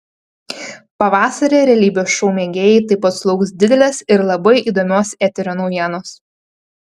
pavasarį realybės šou mėgėjai taip pat sulauks didelės ir labai įdomios eterio naujienos